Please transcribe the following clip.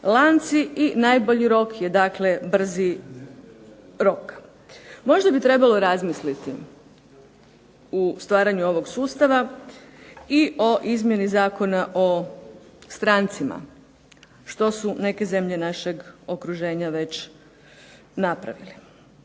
I najbolji rok je dakle brzi rok. Možda bi trebalo razmisliti u stvaranju ovog sustava i o izmjeni Zakona o strancima što su neke zemlje našeg okruženja već napravili.